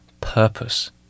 purpose